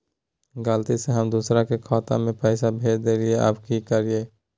गलती से हम दुसर के खाता में पैसा भेज देलियेई, अब की करियई?